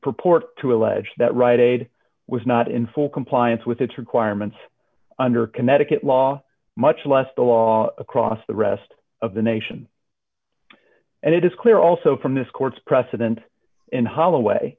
purport to allege that rite aid was not in full compliance with its requirements under connecticut law much less the law across the rest of the nation and it is clear also from this court's precedent in holloway